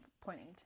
pointing